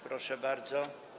Proszę bardzo.